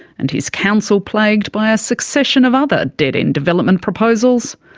and his council plagued by a succession of other dead-end development proposals,